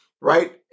right